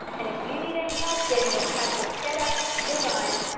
and if you need any help getting your platform set up, designed,